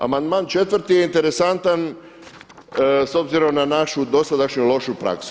Amandman 4. je interesantan s obzirom na našu dosadašnju praksu.